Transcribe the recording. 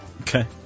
Okay